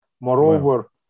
Moreover